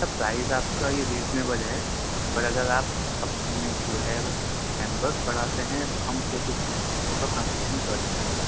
سر price آپ کا یہ ریزنیبل ہے پر اگر آپ اپنے جو ہے ممبرز بڑھاتے ہیں تو ہم پھر کچھ اس پر کنسیشن کر دیں گے